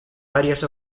varias